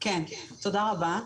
כן, תודה רבה.